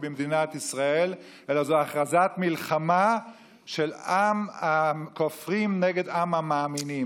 במדינת ישראל אלא זו הכרזת מלחמה של עם הכופרים נגד עם המאמינים,